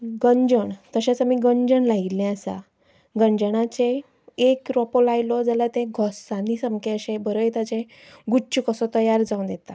गंजण तशेंच आमी गंजण लायिल्लें आसा गंजणाचें एक रोंपो लायलो जाल्यार तें घोंसांनी सामकें अशें बरे ताजे ते गुच्छ कसो तयार जावन येता